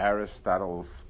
Aristotle's